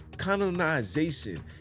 Colonization